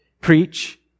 preach